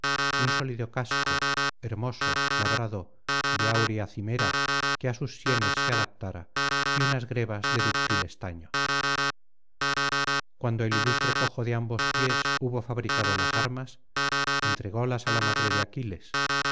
un sólido casco hermoso labrado de áurea cimera que á sus sienes se adaptara y unas grebas de dúctil estaño cuando el ilustre cojo de ambos pies hubo fabricado las armas entrególas á la madre de aquiles